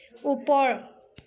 ওপৰ